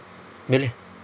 boleh